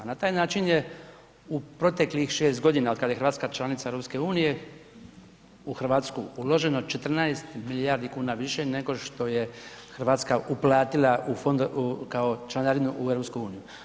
Na taj način je u proteklih 6 godina od kad je Hrvatska članica EU u Hrvatsku uloženo 14 milijardi kuna više nego što je Hrvatska uplatila u fond kao članarinu u EU.